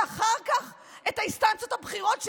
ואחר כך את האינסטנציות הבכירות,